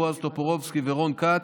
בועז טופורובסקי ורון כץ,